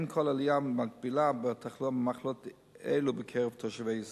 אין כל עלייה מקבילה בתחלואה במחלות אלו בקרב תושבי ישראל.